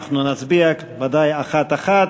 אנחנו נצביע ודאי אחת-אחת.